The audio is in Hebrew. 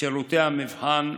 שירותי המבחן,